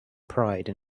pride